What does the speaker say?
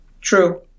true